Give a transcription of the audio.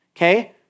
Okay